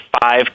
five